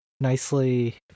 Nicely